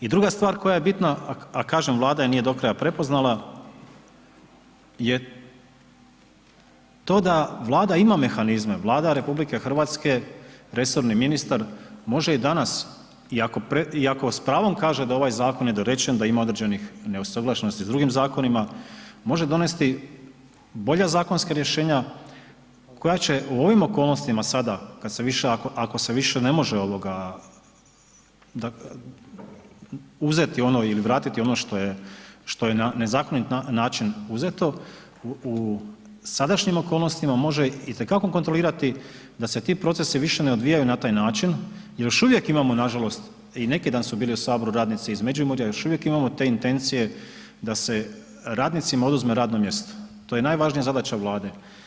I druga stvar koja je bitna, a kažem Vlada je nije do kraja prepoznala, je to da Vlada ima mehanizme, Vlada RH, resorni ministar može i danas iako s pravom kaže da je ovaj zakon nedorečen, da ima određenih neusuglašenosti s drugim zakonima, može donesti bolja zakonska rješenja koja će u ovim okolnostima sada kad se više, ako se više ne može uzeti ono ili vratiti ono što je na nezakonit način uzeto, u sadašnjim okolnostima može itekako kontrolirati da se ti procesi više ne odvijaju na taj način, još uvijek imamo nažalost, i neki dan su bili u HS radnici iz Međimurja, još uvijek imamo te intencije da se radnicima oduzme radno mjesto, to je najvažnija zadaća Vlada.